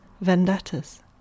vendettas